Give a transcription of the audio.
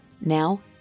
Now